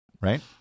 right